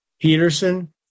Peterson